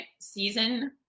Season